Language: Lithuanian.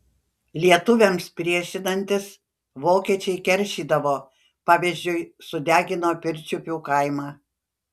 lietuviams priešinantis vokiečiai keršydavo pavyzdžiui sudegino pirčiupių kaimą